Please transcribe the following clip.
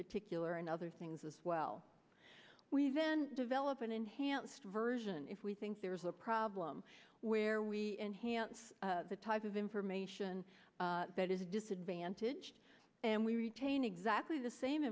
particular and other things as well we even develop an enhanced version if we think there's a problem where we enhance the type of information that is a disadvantage and we retain exactly the same